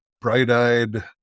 bright-eyed